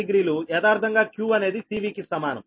యదార్ధంగా q అనేది CV కి సమానం